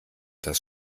das